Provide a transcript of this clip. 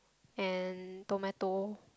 and tomato